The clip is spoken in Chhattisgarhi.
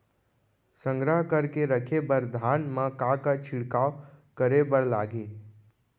संग्रह करके रखे बर धान मा का का छिड़काव करे बर लागही?